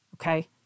Okay